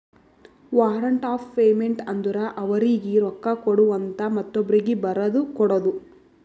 warrant of payment ಅಂದುರ್ ಅವರೀಗಿ ರೊಕ್ಕಾ ಕೊಡು ಅಂತ ಮತ್ತೊಬ್ರೀಗಿ ಬರದು ಕೊಡೋದು